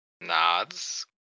nods